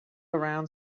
around